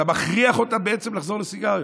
אתם בעצם מכריח אותם לחזור לסיגריות,